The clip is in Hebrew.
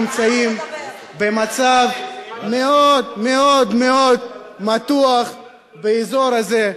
אנחנו נמצאים במצב מאוד מאוד מאוד מתוח באזור הזה.